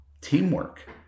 teamwork